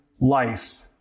life